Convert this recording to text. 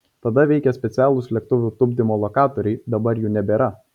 tada veikė specialūs lėktuvų tupdymo lokatoriai dabar jų nebėra